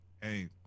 Hey